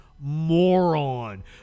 moron